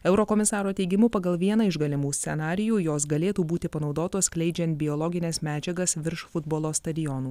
eurokomisaro teigimu pagal vieną iš galimų scenarijų jos galėtų būti panaudotos skleidžiant biologines medžiagas virš futbolo stadionų